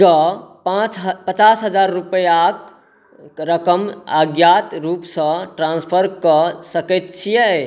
कऽ पाँच ह पचास हजार रूपैआक रकम अज्ञात रूपसँ ट्रान्स्फर कऽ सकैत छियै